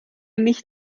nicht